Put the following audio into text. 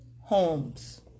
homes